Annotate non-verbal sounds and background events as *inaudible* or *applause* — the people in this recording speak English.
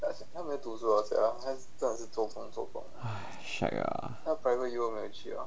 *noise* shag ah